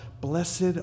Blessed